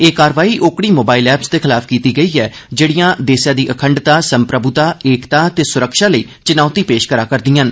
एह कार्रवाई ओकड़ी मोबाईल ऐप्स दें खलाफ कीती गेई ऐ जेहडियां देसै दी अखंडता संप्रभुता एकता ते सुरक्षा लेई चुनौति पेश करी करदिआं न